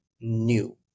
new